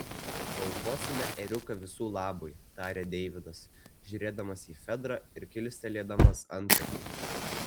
paaukosime ėriuką visų labui tarė deividas žiūrėdamas į fedrą ir kilstelėdamas antakį